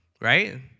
right